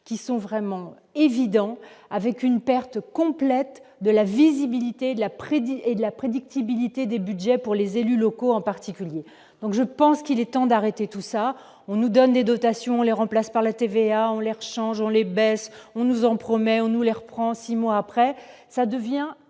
qui sont vraiment évident, avec une perte complète de la visibilité de la prédit la prédictibilité des Budgets pour les élus locaux, en particulier donc je pense qu'il est temps d'arrêter tout ça, on nous donne des dotations les remplace par la TVA ont l'air changeons les baisses, on nous en promet on nous leur prend 6 mois après, ça devient